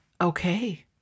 okay